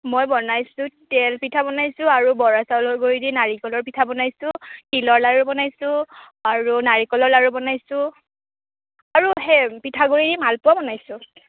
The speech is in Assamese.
মই বনাইছোঁ তেলপিঠা বনাইছোঁ আৰু বৰা চাউলৰ গুড়ি দি নাৰিকলৰ পিঠা বনাইছোঁ তিলৰ লাৰু বনাইছোঁ আৰু নাৰিকলৰ লাৰু বনাইছোঁ আৰু সেই পিঠাগুড়িৰ মালপোৱা বনাইছোঁ